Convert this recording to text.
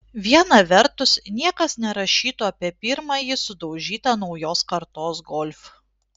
viena vertus niekas nerašytų apie pirmąjį sudaužytą naujos kartos golf